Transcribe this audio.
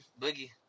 Boogie